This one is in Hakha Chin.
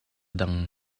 dang